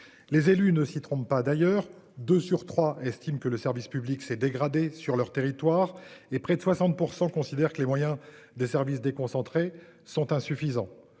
Les élus ne s'y trompe pas, d'ailleurs, 2 sur 3 estiment que le service public s'est dégradé sur leur territoire et près de 60% considèrent que les moyens des services déconcentrés sont insuffisants.